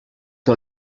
que